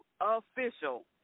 official